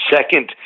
Second